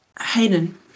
Hayden